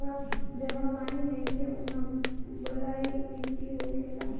जहवा पानी नइखे उहा बलुई माटी होखेला